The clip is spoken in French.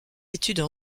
études